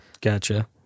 Gotcha